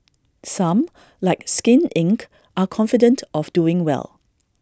some like skin Inc are confident of doing well